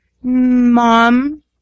Mom